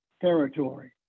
territory